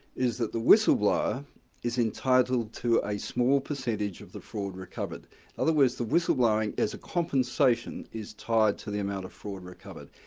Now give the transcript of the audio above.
is that the whistleblower is entitled to a small percentage of the fraud recovered. in other words, the whistleblowing, as a compensation, is tired to the amount of fraud recovered.